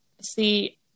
See